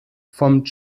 vom